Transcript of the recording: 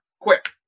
quick